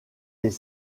les